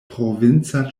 provinca